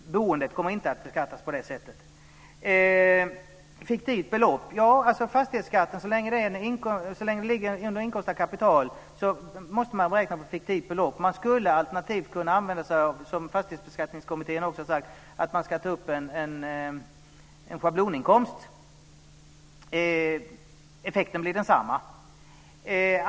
Boendet kommer inte att beskattas på det sättet. Sedan var det frågan om ett fiktivt belopp. Så länge fastighetsskatten ligger inom inkomst av kapital måste man räkna på ett fiktivt belopp. Man skulle alternativt kunna använda sig av - som Fastighetsbeskattningskommittén också har sagt - en schabloninkomst. Effekten blir densamma.